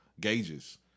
gauges